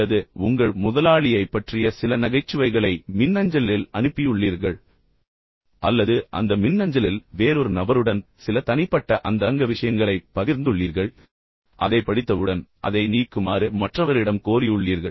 அல்லது உங்கள் முதலாளியைப் பற்றிய சில நகைச்சுவைகளை மின்னஞ்சலில் அனுப்பியுள்ளீர்கள் அல்லது அந்த மின்னஞ்சலில் வேறொரு நபருடன் சில தனிப்பட்ட அந்தரங்க விஷயங்களைப் பகிர்ந்துள்ளீர்கள் அதைப் படித்தவுடன் அதை நீக்குமாறு மற்றவரிடம் கோரியுள்ளீர்கள்